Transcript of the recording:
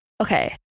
Okay